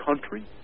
country